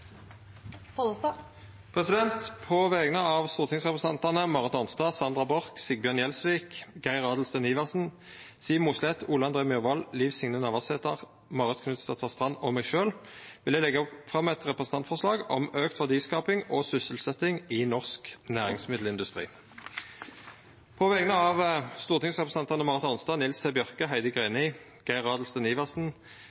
På vegner av stortingsrepresentantane Marit Arnstad, Sandra Borch, Sigbjørn Gjelsvik, Geir Adelsten Iversen, Siv Mossleth, Ole André Myhrvold, Liv Signe Navarsete, Marit Knutsdatter Strand og meg sjølv vil eg leggja fram eit representantforslag om auka verdiskaping og sysselsetjing i norsk næringsmiddelindustri. På vegner av stortingsrepresentantane Marit Arnstad, Nils T. Bjørke, Heidi